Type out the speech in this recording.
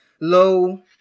low